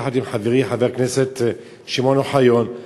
יחד עם חברי חבר הכנסת שמעון אוחיון,